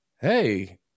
Hey